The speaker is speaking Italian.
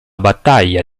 battaglia